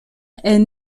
est